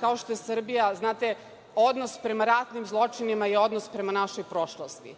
kao što je Srbija, znate, odnos prema ratnim zločinima je odnos prema našoj prošlosti,